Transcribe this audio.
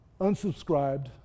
unsubscribed